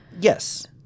Yes